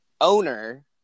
owner